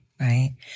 Right